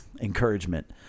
encouragement